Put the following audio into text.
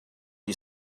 you